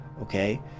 okay